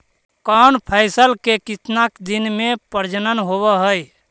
कौन फैसल के कितना दिन मे परजनन होब हय?